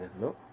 no